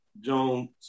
Jones –